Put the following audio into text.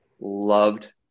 loved